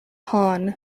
han